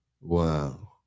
Wow